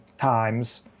times